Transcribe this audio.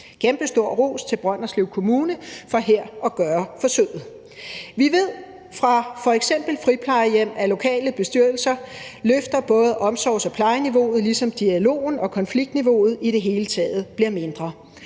kæmpestor ros til Brønderslev Kommune for her at gøre forsøget. Vi ved fra f.eks. friplejehjem, at lokale bestyrelser løfter både omsorgs- og plejeniveauet, ligesom det løfter dialogen og gør, at konfliktniveauet i det hele taget bliver mindre.